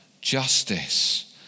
justice